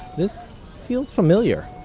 this feels familiar